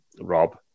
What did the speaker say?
Rob